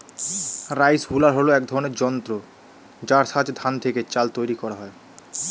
rice huller হল এক ধরনের যন্ত্র যার সাহায্যে ধান থেকে চাল তৈরি করা হয়